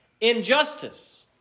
injustice